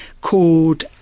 called